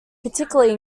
particularly